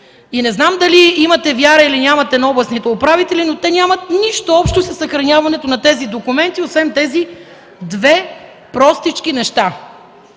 Не знам дали имате вяра или нямате на областните управители, но те нямат нищо общо със съхраняването на тези документи, освен тези две простички неща.